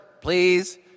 Please